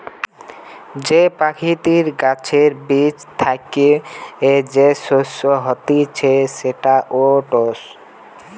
যে প্রকৃতির গাছের বীজ থ্যাকে যে শস্য হতিছে সেটা ওটস